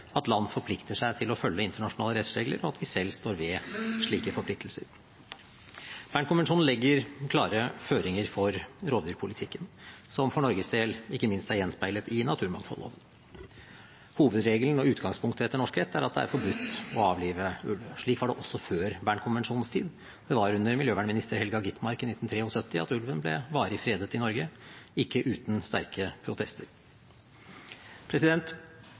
at land forplikter seg til å følge internasjonale rettsregler, og at vi selv står ved slike forpliktelser. Bern-konvensjonen legger klare føringer for rovdyrpolitikken, som for Norges del ikke minst er gjenspeilet i naturmangfoldloven. Hovedregelen og utgangspunktet etter norsk rett er at det er forbudt å avlive ulv. Slik var det også før Bern-konvensjonens tid. Det var under miljøvernminister Helga Gitmark i 1973 at ulven ble varig fredet i Norge – ikke uten sterke protester.